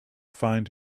find